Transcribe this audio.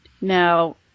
now